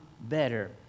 better